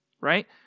right